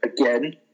again